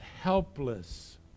helpless